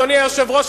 אדוני היושב-ראש,